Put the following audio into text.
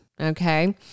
okay